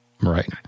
right